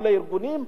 או לארגונים,